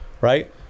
right